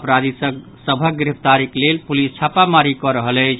अपराधी सभक गिरफ्तारीक लेल पुलिस छापामरी कऽ रहल अछि